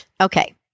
Okay